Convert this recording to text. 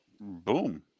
Boom